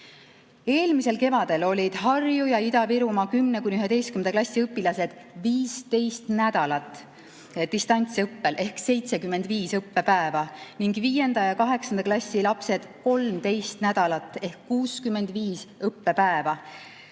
Eelmisel kevadel olid Harju‑ ja Ida-Virumaa 10.–11. klassi õpilased 15 nädalat ehk 75 õppepäeva distantsõppel ning 5. ja 8. klassi lapsed 13 nädalat ehk 65 õppepäeva.